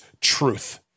truth